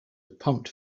pumped